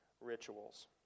rituals